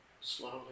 slowly